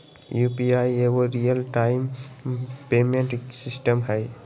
UPI एगो real time payment system हइ